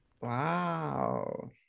Wow